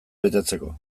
betetzeko